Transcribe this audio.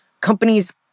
Companies